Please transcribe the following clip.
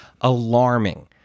alarming